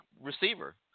receiver